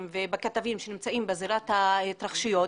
ובכתבים שנמצאים בזירת ההתרחשויות,